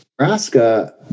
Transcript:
Nebraska